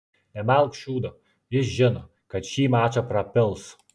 nemalk šūdo jis žino kad šį mačą prapils